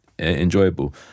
Enjoyable